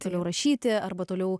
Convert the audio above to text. toliau rašyti arba toliau